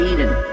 Eden